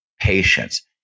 patience